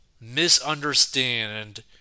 misunderstand